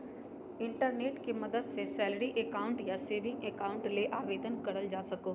internet के मदद से सैलरी अकाउंट या सेविंग अकाउंट ले आवेदन करल जा सको हय